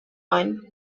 one